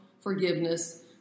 forgiveness